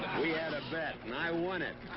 we had a bet, and i won it.